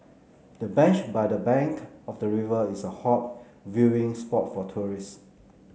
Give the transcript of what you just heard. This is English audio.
the bench by the bank of the river is a hot viewing spot for tourists